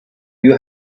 you